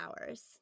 hours